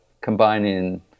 combining